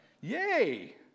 Yay